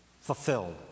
fulfilled